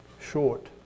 Short